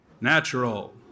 natural